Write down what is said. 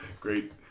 Great